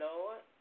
Lord